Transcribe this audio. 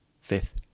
Fifth